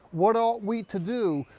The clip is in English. what ought we to do?